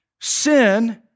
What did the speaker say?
Sin